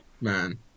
man